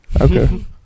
Okay